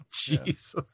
Jesus